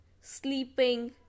sleeping